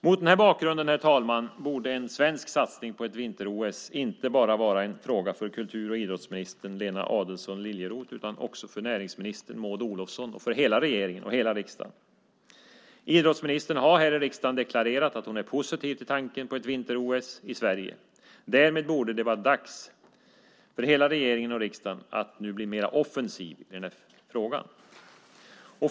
Mot den bakgrunden, herr talman, borde en svensk satsning på ett vinter-OS inte bara vara en fråga för kultur och idrottsminister Lena Adelsohn Liljeroth utan också för näringsminister Maud Olofsson och hela regeringen liksom för riksdagen. Idrottsministern har i riksdagen deklarerat att hon är positiv till tanken på ett vinter-OS i Sverige. Därmed borde det vara dags för regeringen och riksdagen att nu bli mer offensiva i den här frågan.